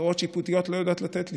הכרעות שיפוטיות לא יודעות לתת לי.